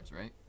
right